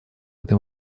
этой